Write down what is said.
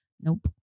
nope